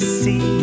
see